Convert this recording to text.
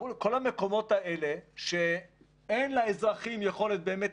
כל המקומות האלה שאין לאזרחים יכולת באמת